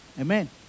Amen